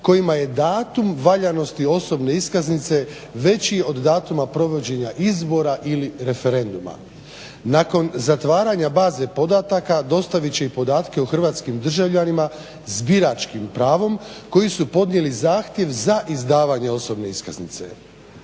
kojima je datum valjanosti osobne iskaznice veći od datuma provođenja izbora ili referenduma. Nakon zatvaranja baze podataka dostavit će i podatke o hrvatskim državljanima s biračkim pravom koji su podnijeli zahtjev za izdavanje osobne iskaznice.